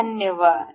धन्यवाद